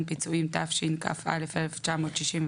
אינה עסקה,